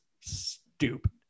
stupid